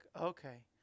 Okay